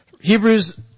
Hebrews